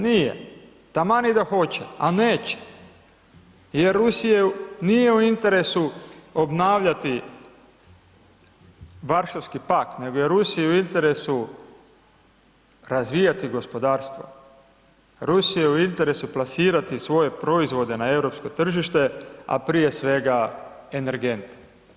Nije, taman i da hoće, a neće jer Rusiji nije u interesu obnavljati Varšavski pakt, nego je Rusiji u interesu razvijati gospodarstvo, Rusiji je u interesu plasirati svoje proizvode na europsko tržište, a prije svega energente.